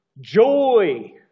Joy